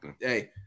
hey